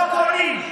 לא קונים.